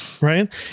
right